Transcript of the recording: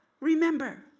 Remember